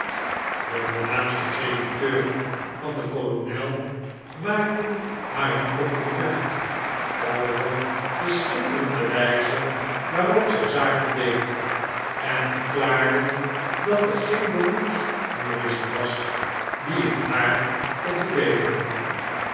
de voornaamste crediteuren van den kolonel maakten haar hun compliment over de schitterende wijze waarop zij zaken deed en verklaarden dat er geen beroepsjurist was die het haar kon verbeteren